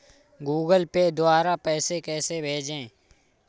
Google Pay द्वारा पैसे कैसे भेजें?